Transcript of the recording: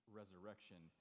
resurrection